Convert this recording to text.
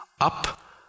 up